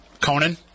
Conan